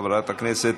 נמצא.